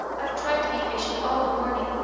i've tried to be patient all the morning,